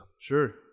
Sure